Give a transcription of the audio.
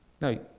Now